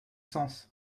sens